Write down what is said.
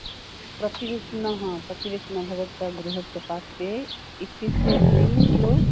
प्रतिविप्नः प्रतिविप्न भवत्याः गृहस्य पार्श्वे इत्यस्य अस्ति हलो